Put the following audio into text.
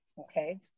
Okay